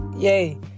Yay